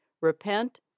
Repent